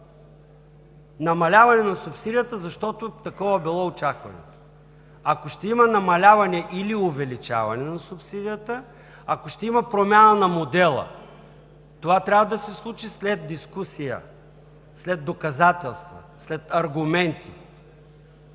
намаляване на субсидията, защото такова било очакването. Ако ще има намаляване или увеличаване на субсидията, ако ще има промяна на модела, това трябва да се случи след дискусия, след доказателства, след аргументи.